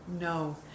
No